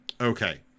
Okay